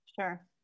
Sure